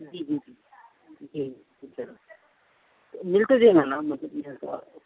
جی جی جی جی